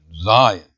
Zion